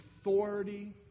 authority